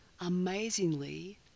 amazingly